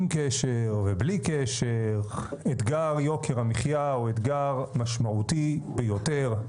עם קשר או בלי קשר אתגר יוקר המחייה הוא אתגר משמעותי ביותר,